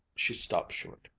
she stopped short,